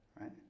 right